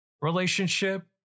relationship